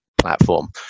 platform